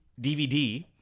DVD